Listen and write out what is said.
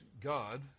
God